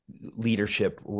leadership